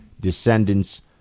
descendants